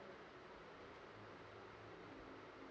uh ah